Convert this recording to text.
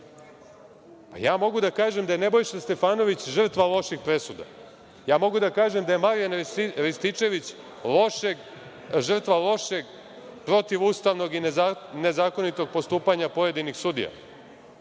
da kažem da je Nebojša Stefanović žrtva loših presuda. Mogu da kažem da je Marijan Rističević žrtva lošeg protivustavnog i nezakonitog postupanja pojedinih sudija.